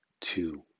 two